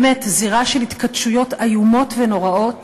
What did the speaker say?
באמת, זירה של התכתשויות איומות ונוראות